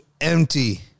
empty